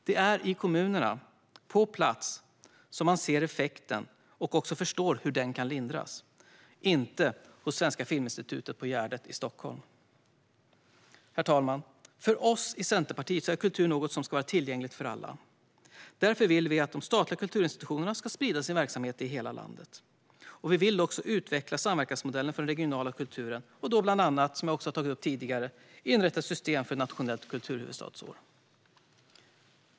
Det är i kommunerna, på plats, som man ser effekten och förstår hur den kan lindras - inte hos Svenska Filminstitutet på Gärdet i Stockholm. Herr talman! För oss i Centerpartiet är kultur något som ska vara tillgängligt för alla. Därför vill vi att de statliga kulturinstitutionerna ska sprida sin verksamhet i hela landet. Vi vill också utveckla samverkansmodellen för den regionala kulturen och då bland annat, vilket jag har tagit upp tidigare, inrätta ett system för ett nationellt kulturhuvudstadsår.